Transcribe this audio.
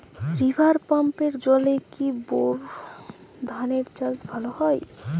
River পাম্পের জলে কি বোর ধানের চাষ ভালো হয়?